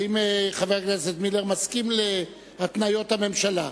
האם חבר הכנסת מילר מסכים להתניות הממשלה?